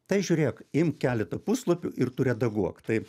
tai žiūrėk ims keletą puslapių ir tu redaguok taip